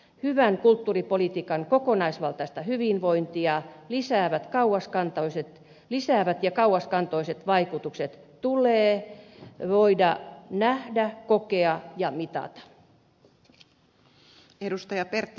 hyvän kulttuuripolitiikan kokonaisvaltaista hyvinvointia lisäävät ja kauaskantoiset vaikutukset tulee voida nähdä kokea ja mitata